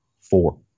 Four